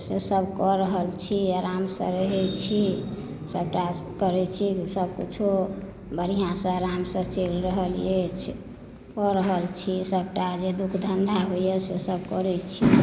सभ कऽ रहल छी आरामसँ रहै छी सभटा करै छी सभ किछो बढ़िऑंसँ आरामसँ चलि रहल अछि कऽ रहल छी सभटा जे दुःख धन्धा होइया सभ करै छी